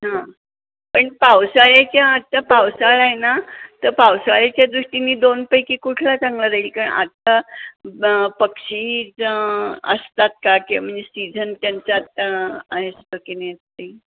हां पण पावसाळ्याच्या आत्ता पावसाळा आहे ना तर पावसाळ्याच्या दृष्टीने दोनपैकी कुठला चांगला राहील कारण आत्ता पक्षी असतात का किंवा म्हणजे सिझन त्यांचा आत्ता असतं की नाही ते